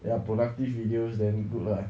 ya productive videos then good lah